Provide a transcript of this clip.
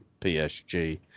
PSG